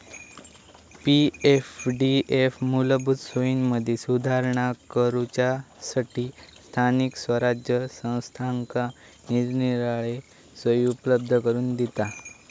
पी.एफडीएफ मूलभूत सोयींमदी सुधारणा करूच्यासठी स्थानिक स्वराज्य संस्थांका निरनिराळे सोयी उपलब्ध करून दिता